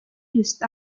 used